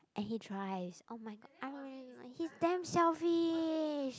and he tries oh-my-god he's damn selfish